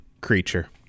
creature